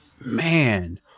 man